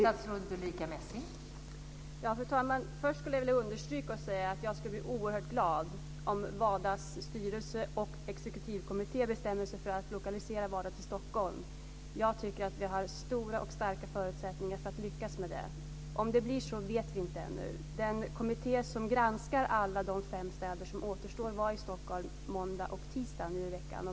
Fru talman! Först vill jag understryka att jag skulle bli oerhört glad om WADA:s styrelse och exekutivkommitté bestämmer sig för att lokalisera WADA till Stockholm. Jag tycker att vi har stora och starka förutsättningar att lyckas med det. Om det blir så vet vi ännu inte. Den kommitté som granskar alla de fem städer som återstår var i Stockholm måndag och tisdag nu i veckan.